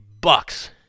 bucks